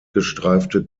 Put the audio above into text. gestreifte